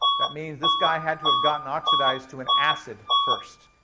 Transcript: that means this guy had to have gotten oxidized to an acid first.